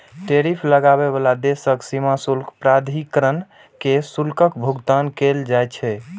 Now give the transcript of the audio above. tariff लगाबै बला देशक सीमा शुल्क प्राधिकरण कें शुल्कक भुगतान कैल जाइ छै